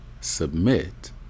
submit